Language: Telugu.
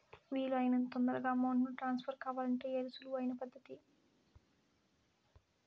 వీలు అయినంత తొందరగా అమౌంట్ ను ట్రాన్స్ఫర్ కావాలంటే ఏది సులువు అయిన పద్దతి